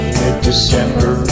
mid-December